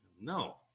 no